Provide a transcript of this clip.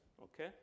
okay